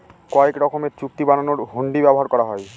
কয়েক রকমের চুক্তি বানানোর হুন্ডি ব্যবহার করা হয়